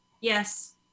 Yes